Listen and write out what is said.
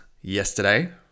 yesterday